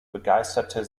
begeisterte